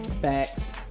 Facts